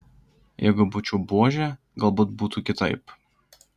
jeigu būčiau buožė galbūt būtų kitaip